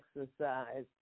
exercise